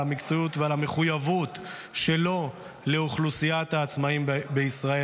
על המקצועיות ועל המחויבות שלו לאוכלוסיית העצמאים בישראל.